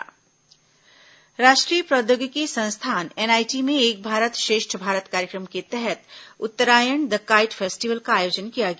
एक भारत श्रेष्ठ भारत राष्ट्रीय प्रौद्योगिकी संस्थान एनआईटी में एक भारत श्रेष्ठ भारत कार्यक्रम के तहत उत्तरायण द काईट फेस्टिवल का आयोजन किया गया